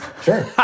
sure